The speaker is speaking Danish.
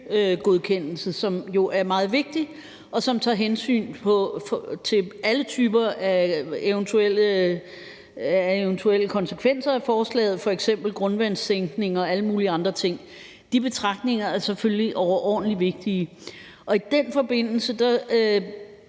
miljøgodkendelse, som jo er meget vigtig, og som tager højde for alle typer af eventuelle konsekvenser af forslaget, f.eks. grundvandssænkning og alle mulige andre ting. De betragtninger er selvfølgelig overordentlig vigtige, og i den forbindelse